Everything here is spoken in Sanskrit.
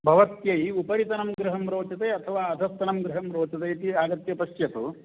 भवत्यै उपरितनं गृहं रोचते अथवा अधस्तनं गृहं रोचते इति आगत्य पश्यतु